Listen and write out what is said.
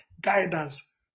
guidance